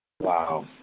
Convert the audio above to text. Wow